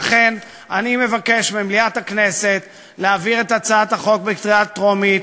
לכן אני מבקש ממליאת הכנסת להעביר את הצעת החוק בקריאה טרומית,